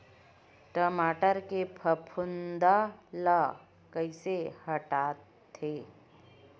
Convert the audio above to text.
टमाटर के फफूंद ल कइसे हटाथे?